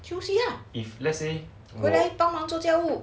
吃东西 lah 回来帮忙做家务